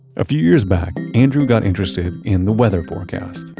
a few years back, andrew got interested in the weather forecast.